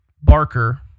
Barker